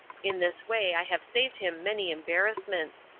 in this way i have saved him many embarrassments.